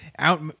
Out